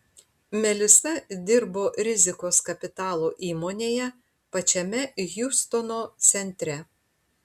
melisa dirbo rizikos kapitalo įmonėje pačiame hjustono centre